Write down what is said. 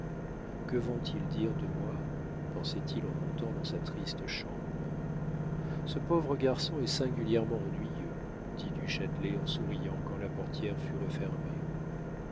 que vont-ils dire de moi pensait-il en montant dans sa triste chambre ce pauvre garçon est singulièrement ennuyeux dit du châtelet en souriant quand la portière fut refermée